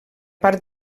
part